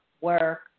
work